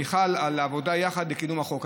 מיכל, על העבודה ביחד לקידום החוק.